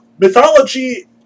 mythology